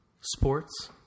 Sports